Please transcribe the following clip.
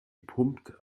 pumpt